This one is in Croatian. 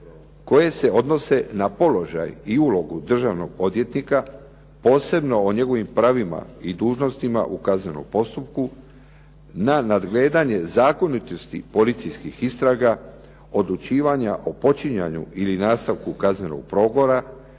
koje se odnose na položaj i ulogu državnog odvjetnika, posebno o njegovim pravima i dužnostima u kaznenom postupku na nadgledanje zakonitosti policijskih istraga, odlučivanja o počinjenju ili nastanku kaznenog progona,